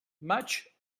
maig